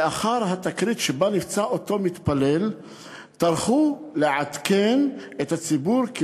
לאחר התקרית שבה נפצע אותו מתפלל טרחו לעדכן את הציבור כי